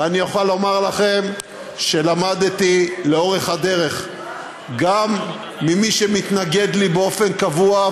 ואני יכול לומר לכם שלמדתי לאורך הדרך גם ממי שמתנגד לי באופן קבוע,